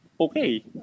okay